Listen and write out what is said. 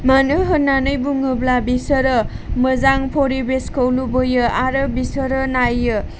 मानो होननानै बुङोब्ला बिसोरो मोजां फरिबेसखौ लुबैयो आरो बिसोरो नायो